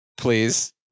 Please